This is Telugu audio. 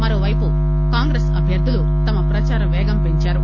మరోవైపు కాంగ్రెస్ అభ్యర్గులు తమ ప్రదార వేగాన్ని పెంచారు